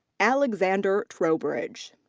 alexander trowbridge.